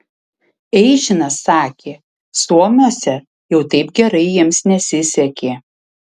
eižinas sakė suomiuose jau taip gerai jiems nesisekė